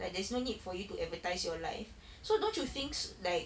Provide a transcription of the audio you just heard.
like there's no need for you to advertise your life so don't you think s~ like